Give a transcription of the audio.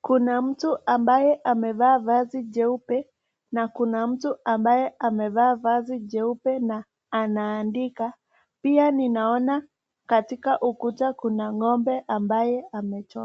kuna mtu ambaye amevaa vazi jeupe, na kuna mtu ambaye amevaa vazi jeupe na anaandika pia ninaona katika ukuta kuna ngombe ambayo amechora.